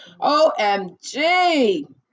OMG